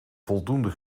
voldoende